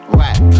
right